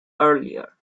earlier